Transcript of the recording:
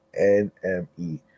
NME